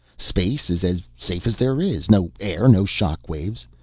space is as safe as there is no air, no shock waves.